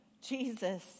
Jesus